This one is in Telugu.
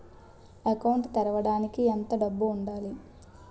అకౌంట్ తెరవడానికి ఎంత డబ్బు ఉండాలి?